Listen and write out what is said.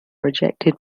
rejected